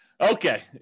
okay